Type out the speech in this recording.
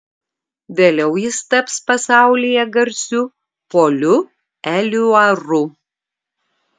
vėliau jis taps pasaulyje garsiu poliu eliuaru